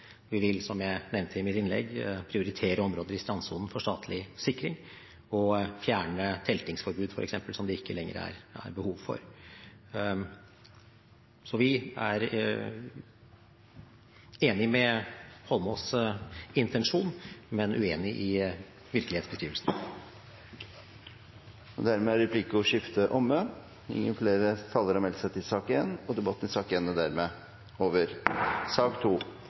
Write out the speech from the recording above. Vi vil, som jeg nevnte i mitt innlegg, prioritere områder i strandsonen for statlig sikring og f.eks. fjerne teltingsforbud som det ikke lenger er behov for. Så vi er enig i Eidsvoll Holmås’ intensjon, men uenig i virkelighetsbeskrivelsen. Dermed er replikkordskiftet over. Flere har ikke bedt om ordet til sak nr. 1. Etter ønske fra energi- og